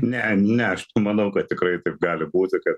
ne ne aš nemanau kad tikrai taip gali būti kad